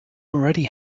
already